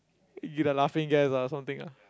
give you the laughing gas ah something ah